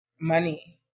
money